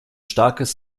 starkes